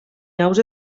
naus